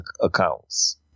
accounts